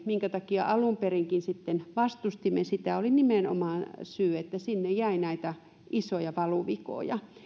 minkä takia alun perinkin vastustimme tätä aktiivimallia oli nimenomaan se että sinne jäi näitä isoja valuvikoja